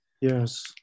Yes